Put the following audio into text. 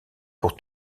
pour